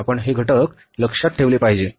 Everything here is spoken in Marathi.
आपण हे घटक लक्षात ठेवले पाहिजे